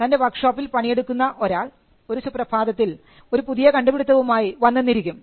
തൻറെ വർക്ക് ഷോപ്പിൽ workshopgarage പണിയെടുക്കുന്ന ഒരാൾ ഒരു സുപ്രഭാതത്തിൽ ഒരു പുതിയ കണ്ടുപിടുത്തവുമായി വന്നെന്നിരിക്കും